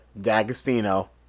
D'Agostino